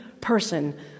person